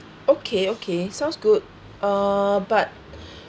okay okay sounds good uh but